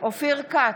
אופיר כץ,